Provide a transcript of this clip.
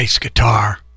guitar